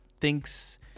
thinks